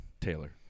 Taylor